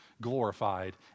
glorified